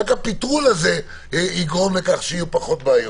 רק הפטרול הזה יגרום לכך שיהיו פחות בעיות.